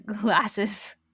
glasses